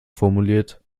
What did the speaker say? formuliert